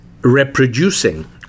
reproducing